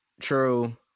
true